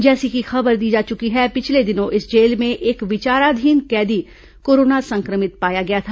जैसी की खबर दी जा चुकी है पिछले दिनों इस जेल में एक विचाराधीन कैदी कोरोना संक्रमित पाया गया था